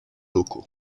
locaux